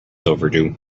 overdue